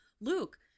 Luke